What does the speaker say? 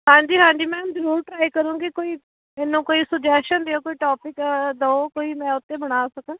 ਹਾਂਜੀ ਹਾਂਜੀ ਮੈਮ ਜ਼ਰੂਰ ਟਰਾਈ ਕਰੂਗੀ ਕੋਈ ਮੈਨੂੰ ਕੋਈ ਸੁਜੈਸ਼ਨ ਦਿਓ ਕੋਈ ਟੋਪਿਕ ਦੋ ਕੋਈ ਮੈਂ ਉਤੇ ਬਣਾ ਸਕਾਂ